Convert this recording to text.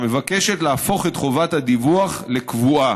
המבקשת להפוך את חובת הדיווח לקבועה.